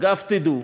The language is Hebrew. אגב, תדעו,